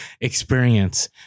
experience